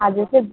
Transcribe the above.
हाँ जैसे